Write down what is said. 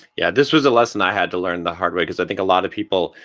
yeah, this was a lesson i had to learn the hard way cause i think a lot of people,